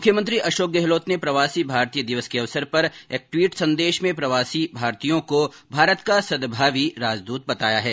मुख्यमंत्री अशोक गहलोत ने प्रवासी भारतीय दिवस के अवसर पर एक ट्वीट संदेश मे प्रवासियों भारतीयों को भारत का सद्भावी राजदूत बताया है